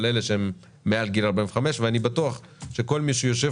של אלה שהם מעל גיל 45 ואני בטוח שכל מי שיושב